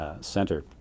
Center